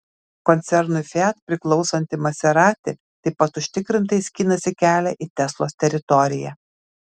koncernui fiat priklausanti maserati taip pat užtikrintai skinasi kelią į teslos teritoriją